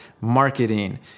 marketing